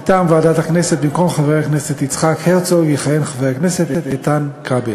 מטעם ועדת הכנסת: במקום חבר הכנסת יצחק הרצוג יכהן חבר הכנסת איתן כבל.